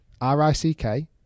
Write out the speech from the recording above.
R-I-C-K